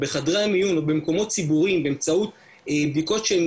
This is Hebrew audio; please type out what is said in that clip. בחדרי המיון ובמקומות ציבוריים באמצעות בדיקות שהן